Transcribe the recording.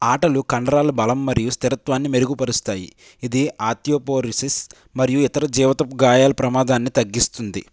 ఆటలు కండరాలు బలం మరియు స్థిరత్వాన్ని మెరుగుపరుస్తాయి ఇదే ఆస్టియోపోరోసిస్ మరియు ఇతర జీవితపు గాయాలు ప్రమాదాన్ని తగ్గిస్తుంది